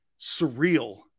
surreal